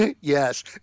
Yes